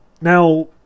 Now